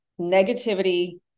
negativity